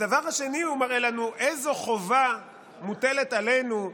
דבר השני, הוא מראה לנו איזו חובה מוטלת עלינו,